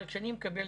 אבל כשאני מקבל,